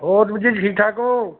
ਹੋਰ ਵੀਰ ਜੀ ਠੀਕ ਠਾਕ ਹੋ